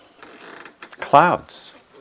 Clouds